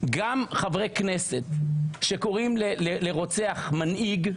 גם חברי כנסת שקוראים לרוצח מנהיג,